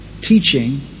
teaching